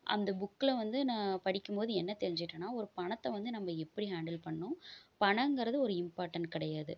அந்த புக்கில் வந்து நான் படிக்கும் போது என்ன தெரிஞ்சிக்கிட்டேன்னா ஒரு பணத்தை வந்து நம்ம எப்படி ஹேண்டில் பண்ணும் பணங்கறது ஒரு இம்பார்ட்டண்ட் கிடையாது